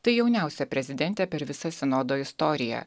tai jauniausia prezidentė per visą sinodo istoriją